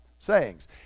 sayings